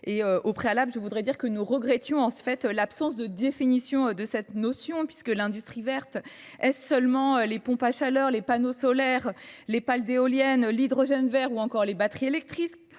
Au préalable, je voudrais exprimer notre regret quant à l'absence de définition de cette notion : l'industrie verte, est-ce seulement les pompes à chaleur, les panneaux solaires, les pales d'éoliennes, l'hydrogène vert ou encore les batteries électriques